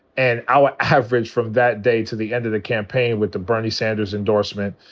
and our average from that day to the end of the campaign with the bernie sanders endorsement,